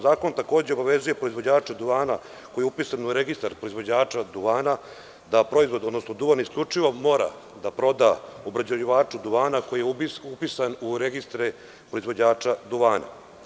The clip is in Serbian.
Zakon takođe obavezuje proizvođača duvana koji je upisan u registar proizvođača duvana da duvan isključivo mora da proda obrađivaču duvana koji je upisan u registre proizvođača duvana.